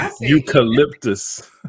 Eucalyptus